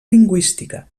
lingüística